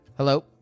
Hello